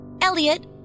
Elliot